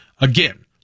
Again